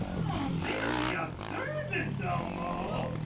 very observant elmo.